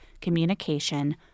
communication